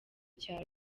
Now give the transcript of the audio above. cya